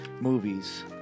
movies